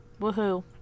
Woohoo